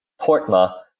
Portma